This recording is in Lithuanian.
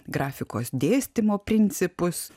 grafikos dėstymo principus